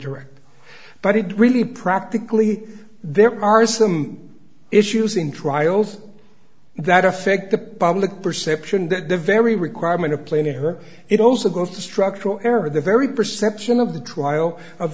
direct but it really practically there are some issues in trials that affect the public perception that the very requirement of planning her it also goes to structural error the very perception of the trial of